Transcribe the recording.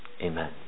amen